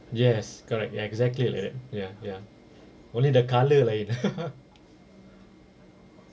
yes correct ya exactly like that ya ya only the colour lain